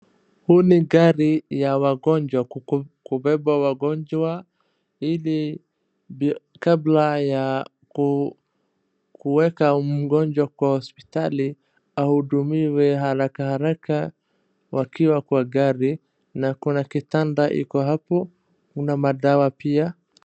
Huu ni gari la wagonjwa, kubeba wagonjwa, ili kabla ya ku kuweka mgonjwa kwa hospitali, ahudumiwe haraka haraka, wakiwa kwa gari, na kuna kitanda iko hapo, kuna madawa pia.